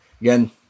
Again